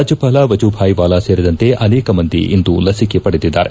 ರಾಜ್ಯಪಾಲ ವಜೂಭಾಯಿ ವಾಲಾ ಸೇರಿದಂತೆ ಅನೇಕ ಮಂದಿ ಇಂದು ಲಸಿಕೆ ಪಡೆದಿದ್ದಾರೆ